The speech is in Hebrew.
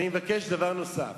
אני מבקש לומר דבר נוסף.